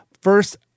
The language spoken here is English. first